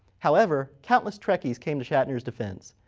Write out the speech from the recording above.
however, countless trekkies came to shatner's defense.